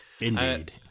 Indeed